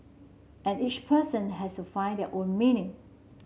and each person has to find their own meaning